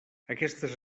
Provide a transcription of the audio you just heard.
aquestes